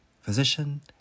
physician